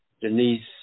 Denise